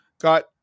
got